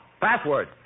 Password